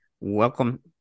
welcome